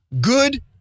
good